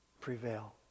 prevail